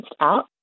out